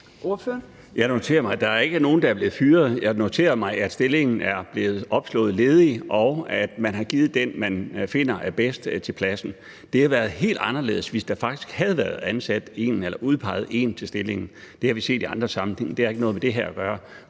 Jeg noterer mig, at der ikke er nogen, der er blevet fyret. Jeg noterer mig, at stillingen er blevet opslået som ledig, og at man har givet pladsen til den, man finder er bedst. Det havde været helt anderledes, hvis der faktisk havde været udpeget en til stillingen. Det har vi set i andre sammenhænge, men det har ikke noget med det her at gøre.